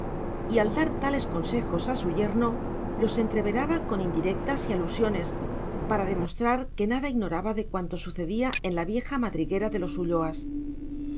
y al dar tales consejos a su yerno los entreveraba con indirectas y alusiones para demostrar que nada ignoraba de cuanto sucedía en la vieja madriguera de los ulloas